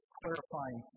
clarifying